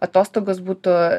atostogos būtų